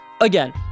Again